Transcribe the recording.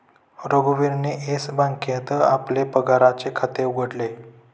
रघुवीरने येस बँकेत आपले पगाराचे खाते उघडले